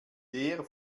der